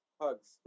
Hugs